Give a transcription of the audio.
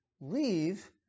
leave